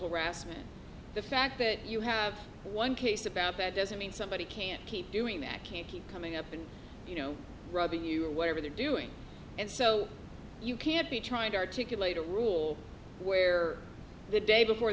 harassment the fact that you have one case about that doesn't mean somebody can't keep doing that can't keep coming up and you know robbing you or whatever they're doing and so you can't be trying to articulate a rule where the day before